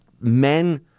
Men